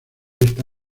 esta